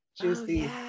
juicy